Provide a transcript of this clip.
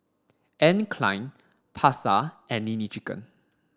Anne Klein Pasar and Nene Chicken